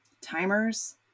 timers